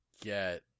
get